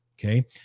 okay